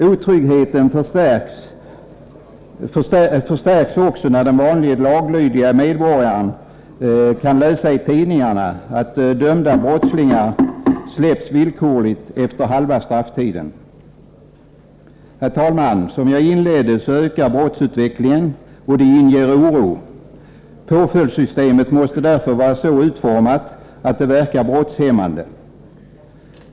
Otryggheten förstärks också när den vanlige, laglydige medborgaren kan läsa i tidningarna att dömda brottslingar släpps villkorligt efter halva strafftiden. Herr talman! Som jag inledningsvis sade ökar antalet brott, och detta inger oro. Påföljdssystemet måste därför vara så utformat att det verkar brottshämmande.